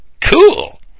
cool